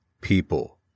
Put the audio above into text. people